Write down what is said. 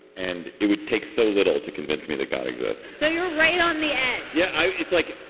and it would take so little to convince me that god exists so you're right on the edge. yeah. it's like.